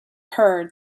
heard